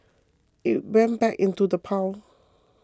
it went back into the pile